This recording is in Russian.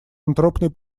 антропный